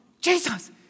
Jesus